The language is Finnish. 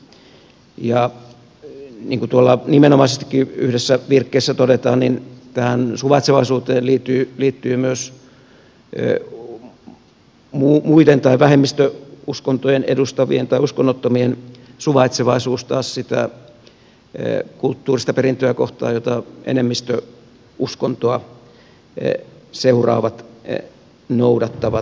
niin kuin tuolla nimenomaisestikin yhdessä virkkeessä todetaan niin suvaitsevaisuuteen liittyy myös muita tai vähemmistöuskontoja edustavien tai uskonnottomien suvaitsevaisuus taas sitä kulttuurista perintöä kohtaan jota enemmistöuskontoa seuraavat noudattavat